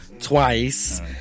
Twice